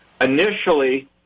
Initially